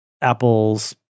apple's